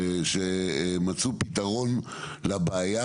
שמצאו פתרון לבעיה,